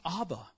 Abba